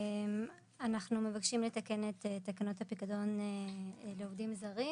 אנחנו מבקשים לתקן את תקנות הפיקדון לעובדים זרים,